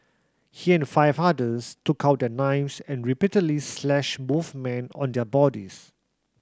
he and five others took out their knives and repeatedly slashed both men on their bodies